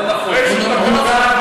לא נכון,